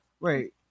Wait